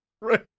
Right